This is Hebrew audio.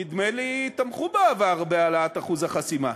נדמה לי, תמכו בעבר בהעלאת אחוז החסימה.